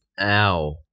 Ow